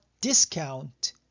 discount